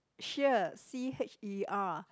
Cher C_H_E_R